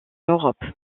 europe